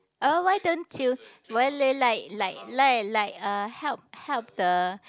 oh why don't you why they like like like like uh help help the